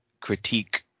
critique